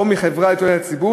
או מחברה לתועלת הציבור,